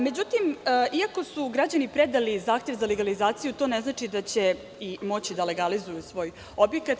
Međutim, iako su građani predali zahtev za legalizaciju to ne znači da će moći da legalizuju svoj objekat.